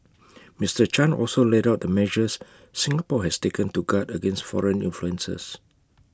Mister chan also laid out the measures Singapore has taken to guard against foreign influences